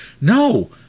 No